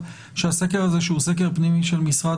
שהסקר הזה שהוא סקר פנימי של משרד